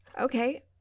Okay